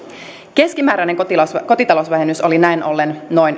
keskimääräinen kotitalousvähennys oli näin ollen noin